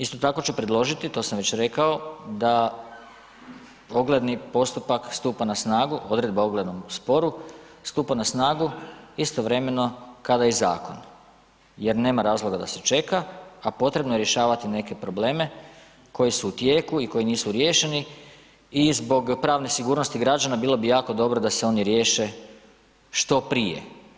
Isto tako ću predložiti, to sam već rekao, da ogledni postupak stupa na snagu, odredba o oglednom sporu, stupa na snagu istovremeno kada i zakon jer nema razloga da se čeka a potrebno je rješavati neke probleme koji su u tijeku i koji nisu riješeni i zbog pravne sigurnosti građana bilo bi jako dobro da se oni riješe što prije.